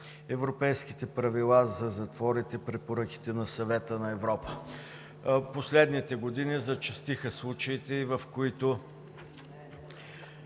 Европейските правила за затворите, препоръките на Съвета на Европа. През последните години зачестиха случаите, в които